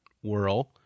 whirl